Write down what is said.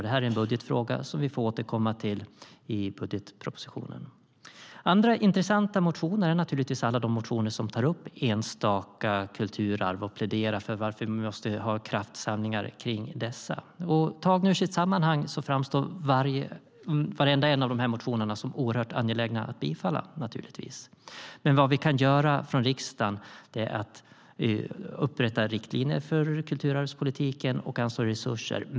Det är en budgetfråga som vi får återkomma till i budgetpropositionen. Andra intressanta motioner är alla de som tar upp enstaka kulturarv och pläderar för att vi måste ha kraftsamlingar kring dessa. Tagna ur sitt sammanhang framstår varenda en av de här motionerna som oerhört angelägna att bifalla. Vad vi kan göra från riksdagens sida är att upprätta riktlinjer för kulturarvspolitiken och anslå resurser.